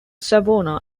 savona